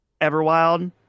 Everwild